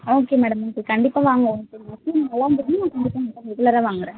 okay madam okay கண்டிப்பாக வாங்க உங்கள் கடையில் அரிசி நல்லாயிருந்துச்சின்னா நான் உங்கள்கிட்டையே ரெகுலராக வாங்குகிறேன்